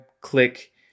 click